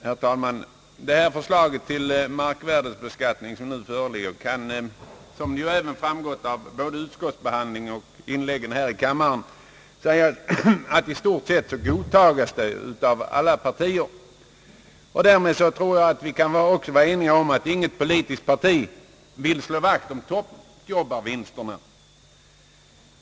Herr talman! Detta förslag till markvärdebeskattning kan som framgått av utskottsbehandlingen och även av inläggen här i kammaren i stort sett godtas av alla partier. Därmed tror jag att vi också kan vara eniga om att inget politiskt parti vill slå vakt om tomtjobbarvinsterna.